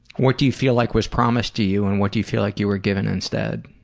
what do you feel like was promised to you, and what do you feel like you were given instead?